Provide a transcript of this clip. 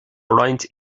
roinnt